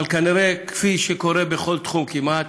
אבל כנראה, כפי שקורה בכל תחום כמעט,